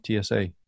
TSA